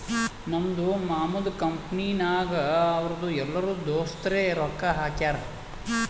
ನಮ್ದು ಮಾಮದು ಕಂಪನಿನಾಗ್ ಅವ್ರದು ಎಲ್ಲರೂ ದೋಸ್ತರೆ ರೊಕ್ಕಾ ಹಾಕ್ಯಾರ್